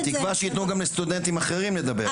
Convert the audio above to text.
בתקווה שייתנו גם לסטודנטים אחרים לדבר אחר כך.